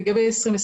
הירוק.